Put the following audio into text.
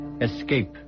Escape